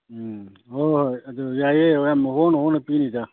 ꯎꯝ ꯍꯣꯏ ꯍꯣꯏ ꯑꯗꯨ ꯌꯥꯏꯌꯦ ꯌꯥꯝ ꯍꯣꯡꯅ ꯍꯣꯡꯅ ꯄꯤꯅꯤꯗ